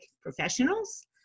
professionals